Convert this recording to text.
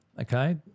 Okay